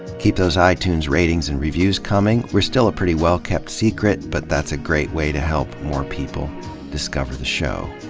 keep those itunes ratings and reviews coming we're still a pretty well-kept secret, but that's a great way to help more people discover the show.